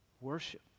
Worship